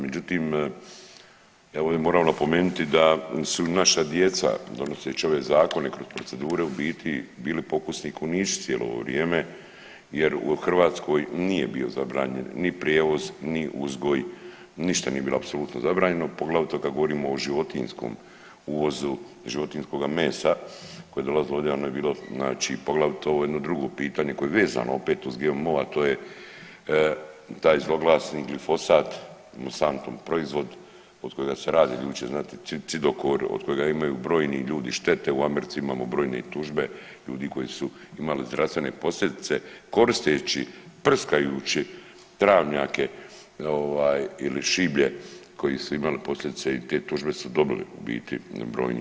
Međutim, evo moram napomenuti da su i naša djeca donoseći ove zakone kroz procedure u biti bili pokusni kunići cijelo ovo vrijeme jer u Hrvatskoj nije bio zabranjen ni prijevoz, ni uzgoj, ništa nije bilo apsolutno zabranjeno, poglavito kad govorimo o životinjskom uvozu životinjskoga mesa koje je dolazilo ovdje … [[Govornik se ne razumije]] znači poglavito ovo je jedno drugo pitanje koje je vezano opet uz GMO, a to je taj zloglasni glifosat Monsantov proizvod od kojega se radi … [[Govornik se ne razumije]] cidokor, od kojega imaju brojni ljudi štete, u Americi imamo brojne tužbe ljudi koji su imali zdravstvene posljedice koristeći, prskajući travnjake ovaj ili šiblje koji su imali posljedice i te tužbe su dobili u biti brojni.